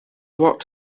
worked